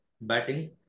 batting